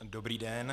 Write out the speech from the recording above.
Dobrý den.